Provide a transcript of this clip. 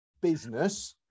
business